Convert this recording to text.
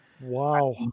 Wow